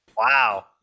Wow